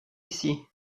ici